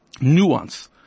nuance